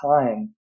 time